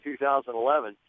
2011